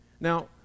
Now